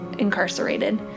incarcerated